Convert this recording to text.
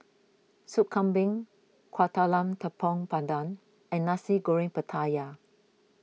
Sup Kambing Kuih Talam Tepong Pandan and Nasi Goreng Pattaya